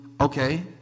okay